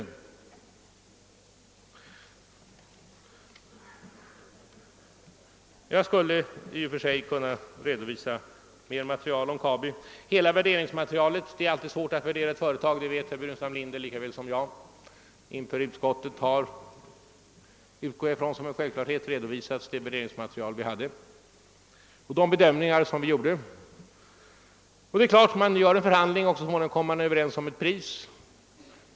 Jag skulle här kunna redovisa mera material om Kabi. Herr Burenstam Linder vet lika bra som jag att det alltid är svårt att värdera ett företag. Men jag utgår från att det värderingsmaterial vi hade och de bedömningar vi gjorde har redovisats inför utskottet. Vi förde en förhandling och kom så småningom överens om ett pris.